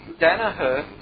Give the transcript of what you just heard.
Danaher